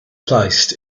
placed